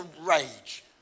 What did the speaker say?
rage